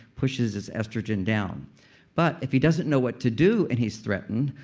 pushes his estrogen down but if he doesn't know what to do and he's threatened,